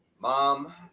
Mom